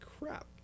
crap